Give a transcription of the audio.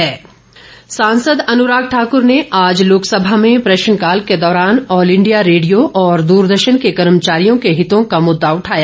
अन्राग सांसद अनुराग ठाक्र ने आज लोकसभा में प्रश्नकाल के दौरान ऑल इंडिया रेडियो और दूरदर्शन के कर्मचारियों के हितों का मुद्दा उठाया